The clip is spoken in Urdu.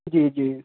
جی جی